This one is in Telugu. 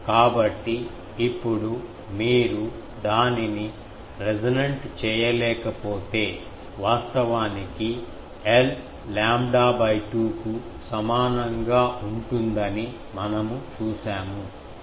కాబట్టి ఇప్పుడు మీరు దానిని రెసోనెంట్ చేయలేకపోతే వాస్తవానికి l లాంబ్డా 2 కు సమానంగా ఉంటుందని మనము చూశాము అక్కడ 42